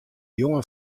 jonge